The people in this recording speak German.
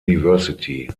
university